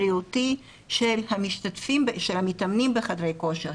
אבל אני מדברת על העניין הבריאותי של המתאמנים בחדרי כושר,